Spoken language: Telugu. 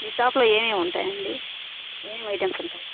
మీ షాప్లో ఏమేం ఉంటాయండి ఏమేమి ఐటమ్స్ ఉంటాయ